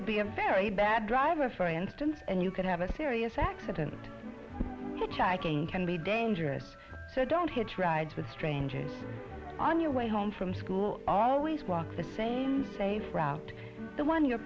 could be a very bad driver for instance and you can have a serious accident again can be dangerous so don't hitch rides with strangers on your way home from school always walk the same safe route the one your